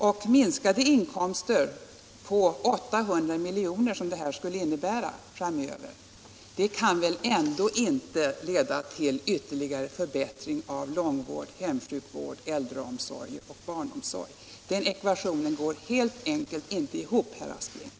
Den minskning av inkomsterna med 800 milj.kr. som detta skulle innebära kan väl ändå inte leda till ytterligare förbättringar av långtidsvård, hemsjukvård, äldreomsorg och barnomsorg? Den ekvationen går inte ihop, herr Aspling.